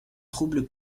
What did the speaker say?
troubles